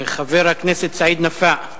חבר הכנסת סעיד נפאע.